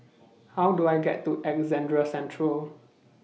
How Do I get to Alexandra Central